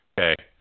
okay